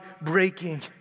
breaking